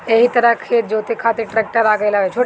एही तरही खेत जोते खातिर ट्रेक्टर आ गईल हवे